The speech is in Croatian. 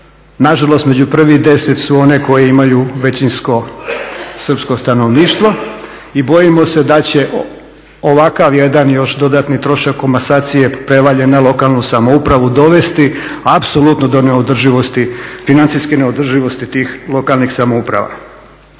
Nažalost, među prvih 10 su one koje imaju većinsko srpsko stanovništvo i bojimo se da će ovakav jedan još dodatni trošak komasacije prevaljen na lokalnu samoupravu dovesti apsolutno do neodrživosti, financijske neodrživosti tih lokalnih samouprava.